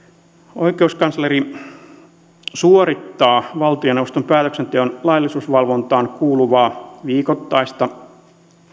oikeuskansleri suorittaa valtioneuvoston päätöksenteon laillisuusvalvontaan kuuluvaa viikoittaista